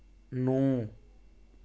नौ